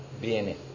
Viene